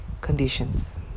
conditions